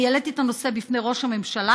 אני העליתי את הנושא בפני ראש הממשלה,